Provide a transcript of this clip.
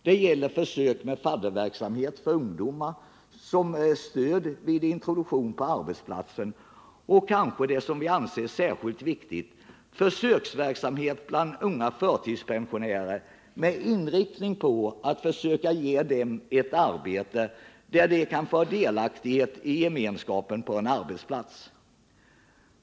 Det gäller förslaget om försök med fadderverksamhet för ungdomar som stöd vid introduktionen på arbetsplatsen och något som vi kanske anser särskilt viktigt, nämligen försöksverksamhet bland unga förtidspensionärer med inriktning på att försöka ge dem ett arbete, där de kan få delaktighet i gemenskapen på en arbetsplats.